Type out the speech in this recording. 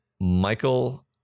Michael